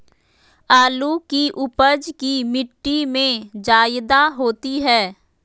आलु की उपज की मिट्टी में जायदा होती है?